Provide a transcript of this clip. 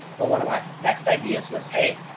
well, one of my next ideas was, hey,